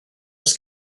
oes